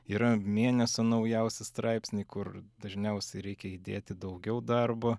yra mėnesio naujausi straipsniai kur dažniausiai reikia įdėti daugiau darbo